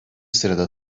sırada